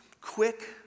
quick